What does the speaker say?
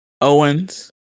Owens